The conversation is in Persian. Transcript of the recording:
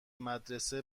مدرسه